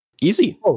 Easy